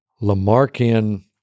Lamarckian